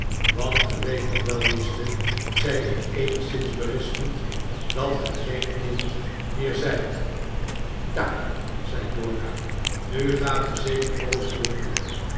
want ge weet toch wel liefste zei ik eenigszins berispend dat ge geen kind meer zijt daar zei dora nu gaat ge zeker bops worden